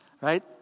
right